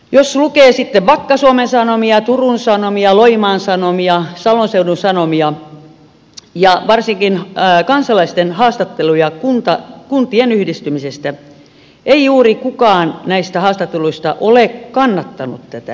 jos lukee sitten vakka suomen sanomia turun sanomia loimaan sanomia salon seudun sanomia ja varsinkin kansalaisten haastatteluja kuntien yhdistymisestä ei juuri kukaan näistä haastatelluista ole kannattanut tätä